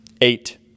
eight